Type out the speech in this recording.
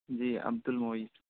جی Abdul Muid